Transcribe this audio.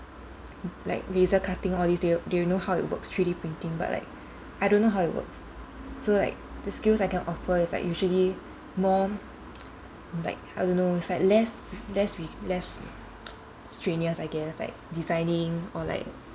l~ like laser cutting all this they know how it works three D printing but like I don't know how it works so like the skills I can offer is like usually more like I don't know it's like less less with less strenuous I guess like designing or like